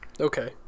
Okay